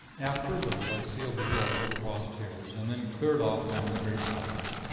after a little, i sealed the door with crossed hairs, and then cleared off down the great passage,